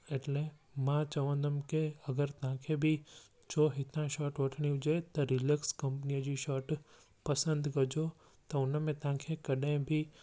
एटले मां चवंदुमि की अगरि तव्हांखे बि जो हितां शर्ट वठणी हुजे त रिलेक्स कंपनी जी पसंदि कजो त उन में तव्हांखे कॾहिं बि